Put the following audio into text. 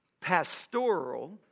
pastoral